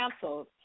canceled